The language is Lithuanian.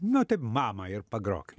na taip mama ir pagrokim